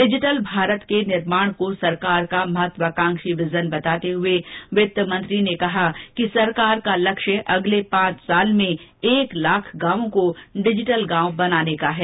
digital Bharat के निर्माण को सरकार का महत्वाकांक्षी विजन बताते हुए वित्तमंत्री ने कहा कि सरकार का लक्ष्य अगले पांच वर्ष में एक लाख गांवों को डिजिटल गांव बनाने का है